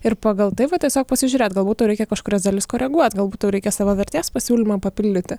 ir pagal tai va tiesiog pasižiūrėt galbūt tau reikia kažkurias dalis koreguot galbūt tau reikia savo vertės pasiūlymą papildyti